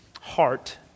heart